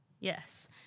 Yes